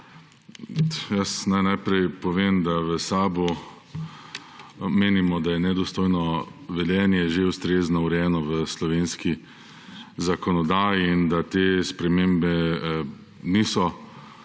Naj najprej povem, da v SAB menimo, da je nedostojno vedenje že ustrezno urejeno v slovenski zakonodaji in da te spremembe niso